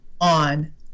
on